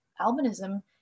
albinism